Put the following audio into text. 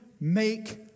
make